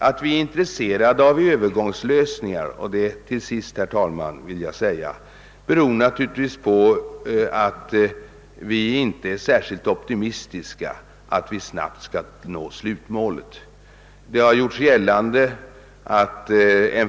Att vi är intresserade av övergångslösningar beror naturligtvis på att vi inte är särskilt optimistiska beträffande möjligheten att snabbt nå slutmålet.